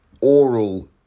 oral